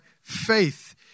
faith